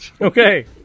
Okay